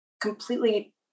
completely